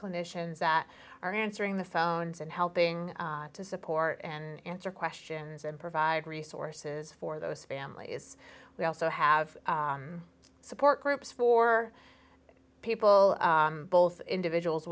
conditions that are answering the phones and helping to support and answer questions and provide resources for those families we also have support groups for people both individuals